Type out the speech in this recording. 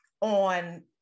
on